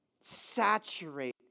saturate